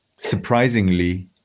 surprisingly